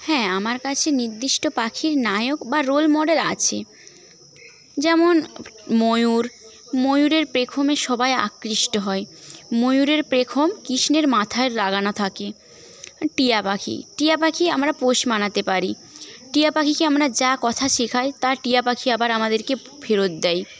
হ্যাঁ আমার কাছে নির্দিষ্ট পাখির নায়ক বা রোল মডেল আছে যেমন ময়ুর ময়ূরের পেখমে সবাই আকৃষ্ট হয় ময়ূরের পেখম কৃষ্ণের মাথায় লাগানো থাকে টিয়া পাখি টিয়া পাখি আমরা পোষ মানাতে পারি টিয়াপাখিকে আমরা যা কথা শেখাই তা টিয়াপাখি আবার আমাদেরকে ফেরত দেয়